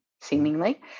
seemingly